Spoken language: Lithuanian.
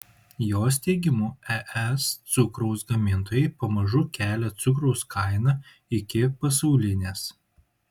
jos teigimu es cukraus gamintojai pamažu kelia cukraus kainą iki pasaulinės